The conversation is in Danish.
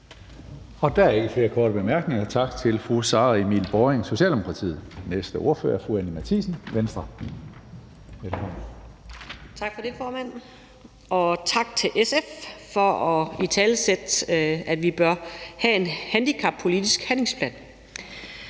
Der er ikke flere korte bemærkninger, så tak til fru Sara Emil Baaring, Socialdemokratiet. Næste ordfører er fru Anni Matthiesen, Venstre. Velkommen. Kl. 16:39 (Ordfører) Anni Matthiesen (V): Tak for det, formand, og tak til SF for at italesætte, at vi bør have en handicappolitisk handlingsplan.